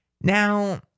Now